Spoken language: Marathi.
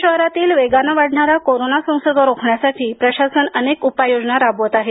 पुणे शहरातील वेगाने वाढणारा कोरोना संसर्ग रोखण्यासाठी प्रशासन अनेक उपाययोजना राबावत आहे